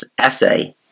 essay